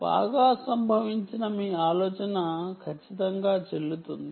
మీకు సంభవించిన ఆలోచన బాగా ఖచ్చితమైనది